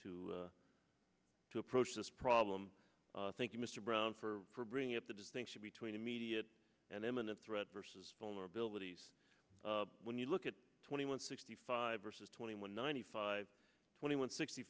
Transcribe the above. to to approach this problem thank you mr brown for bringing up the distinction between immediate and imminent threat versus vulnerabilities when you look at twenty one sixty five versus twenty one ninety five twenty one sixty